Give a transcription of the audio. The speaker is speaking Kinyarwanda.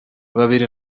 bibiri